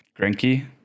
Grinky